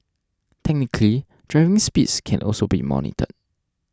technically driving speeds can also be monitored